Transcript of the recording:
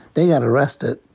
they got arrested.